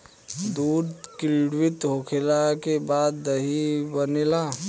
दूध किण्वित होखला के बाद दही बनेला